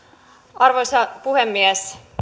arvoisa puhemies